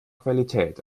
qualität